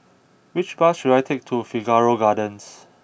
which bus should I take to Figaro Gardens